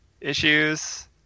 issues